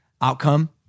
outcome